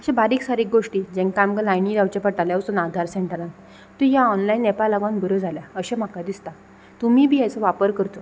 अशें बारीक सारीक गोश्टी जेंकां आमकां लायनी रावचें पडटालें वसून आधार सँटरान त्यो ह्या ऑनलायन एपा लागोन बऱ्यो जाल्या अशें म्हाका दिसता तुमीय बी हेचो वापर करचो